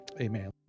Amen